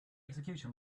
execution